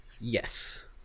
Yes